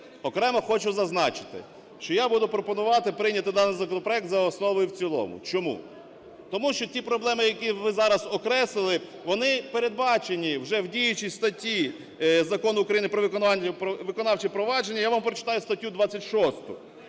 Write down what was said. Окремо хочу зазначити, що я буду пропонувати прийняти даний законопроект за основу і в цілому. Чому? Тому що ті проблеми, які ви зараз окреслили, вони передбачені вже в діючій статті Закону України "Про виконавче провадження". Я вам прочитаю статтю 26: